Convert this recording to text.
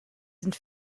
sind